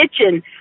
kitchen